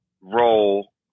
role